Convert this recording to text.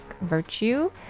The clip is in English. virtue